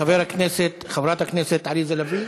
חבר הכנסת, חברת הכנסת עליזה לביא.